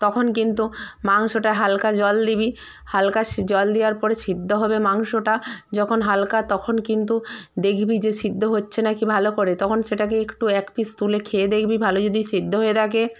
তখন কিন্তু মাংসটা হালকা জল দিবি হালকা জল দেয়ার পরে সিদ্ধ হবে মাংসটা যখন হালকা তখন কিন্তু দেখবি যে সিদ্ধ হচ্ছে নাকি ভালো করে তখন সেটাকে একটু এক পিস তুলে খেয়ে দেখবি ভালো যদি সেদ্ধত হয়ে থাকে